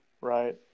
Right